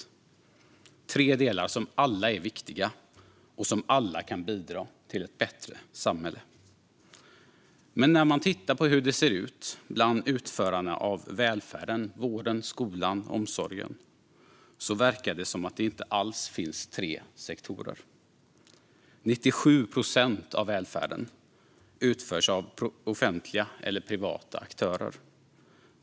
Det är tre delar som alla är viktiga och som alla kan bidra till ett bättre samhälle. Men när man tittar på hur det ser ut bland utförarna av välfärden - vården, skolan och omsorgen - verkar det som att det inte alls finns tre sektorer. Det är 97 procent av välfärden som utförs av offentliga eller privata aktörer.